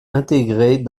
intégrées